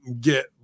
get